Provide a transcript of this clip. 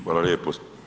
Hvala lijepo.